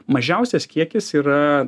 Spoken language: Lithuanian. mažiausias kiekis yra